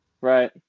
right